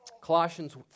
Colossians